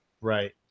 Right